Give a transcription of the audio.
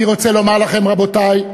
אני רוצה לומר לכם, רבותי,